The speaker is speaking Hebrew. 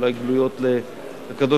אולי גלויות לקדוש-ברוך-הוא,